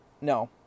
no